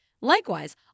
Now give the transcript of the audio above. Likewise